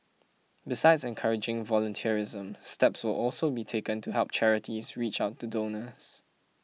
besides encouraging volunteerism steps will also be taken to help charities reach out to donors